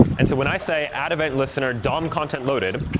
and so when i say add event listener dom content loaded,